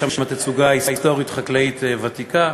יש שם תצוגה חקלאית היסטורית ותיקה.